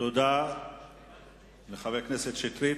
תודה לחבר הכנסת שטרית.